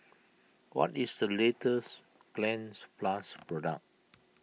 what is the latest Cleanz Plus product